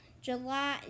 July